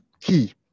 key